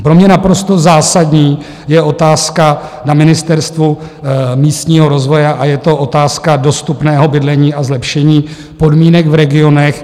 Pro mě naprosto zásadní je otázka na Ministerstvu místního rozvoje a je to otázka dostupného bydlení a zlepšení podmínek v regionech.